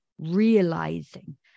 realizing